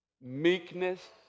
meekness